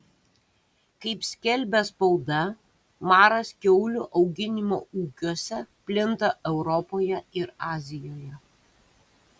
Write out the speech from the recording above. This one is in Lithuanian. kaip skelbia spauda maras kiaulių auginimo ūkiuose plinta europoje ir azijoje